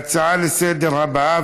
ההצעה לסדר-היום הבאה,